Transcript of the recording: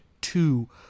two